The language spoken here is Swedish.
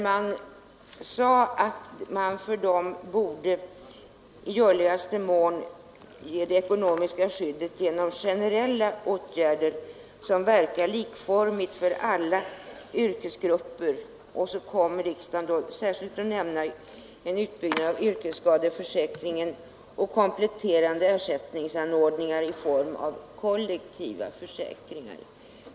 Man sade då att de i görligaste mån borde få det ekonomiska skyddet genom generella åtgärder, som verkade likformigt för alla yrkesgrupper. Riksdagen kom särskilt att nämna en utbyggnad av yrkesskadeförsäkringen och kompletterande ersättningsanordningar i form av kollektiva försäkringar.